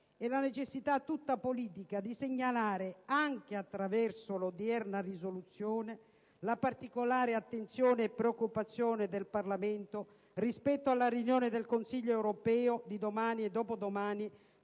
e la necessità, tutta politica, di segnalare anche attraverso l'odierna risoluzione la particolare attenzione e preoccupazione del Parlamento rispetto alla riunione del Consiglio europeo di domani e dopodomani